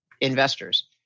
investors